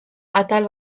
atal